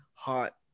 hot